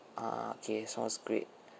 ah okay sounds great